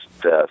death